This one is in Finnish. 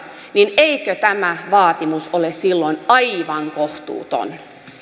niin eikö tämä vaatimus ole silloin aivan kohtuuton